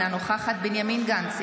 אינה נוכחת בנימין גנץ,